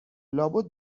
لابد